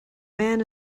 man